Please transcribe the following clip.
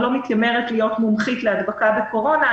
אני לא מתיימרת להיות מומחית להדבקה בקורונה.